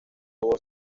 voz